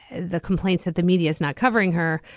the complaints that the media is not covering her.